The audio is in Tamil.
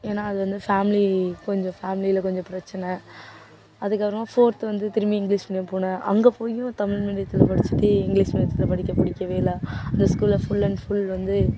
ஏன்னா அது வந்து ஃபேமிலி கொஞ்சம் ஃபேமிலியில் கொஞ்சம் பிரச்சனை அதுக்கப்புறமா ஃபோர்த்து வந்து திரும்பி இங்கிலீஷ் மீடியம் போனேன் அங்கே போயும் தமிழ் மீடியத்தில் படிச்சுட்டு இங்கிலீஷ் மீடியத்தில் படிக்க பிடிக்கவே இல்லை அந்த ஸ்கூலில் ஃபுல் அண்ட் ஃபுல் வந்து